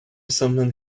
someone